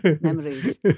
Memories